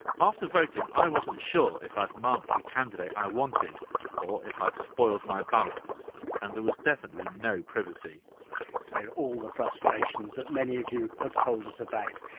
after voting, i wasn't sure if i'd marked the candidate i wanted or if i'd spoiled my ballot and there was definitely no privacy so, all the frustrations that many of you have told us about.